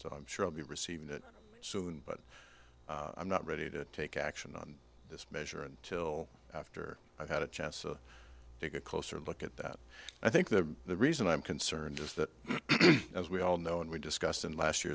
so i'm sure i'll be receiving it soon but i'm not ready to take action on this measure until after i had a chance to take a closer look at that i think that the reason i'm concerned is that as we all know and we discussed in last year